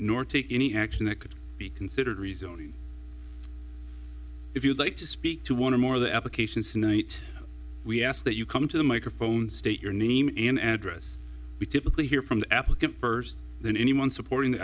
nor take any action that could be considered reason if you'd like to speak to one or more of the applications we ask that you come to the microphone state your name and address typically hear from the applicant first then anyone supporting the